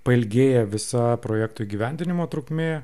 pailgėja visa projekto įgyvendinimo trukmė